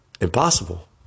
impossible